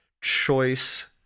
choice